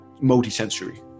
multi-sensory